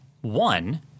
one